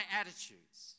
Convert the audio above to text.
attitudes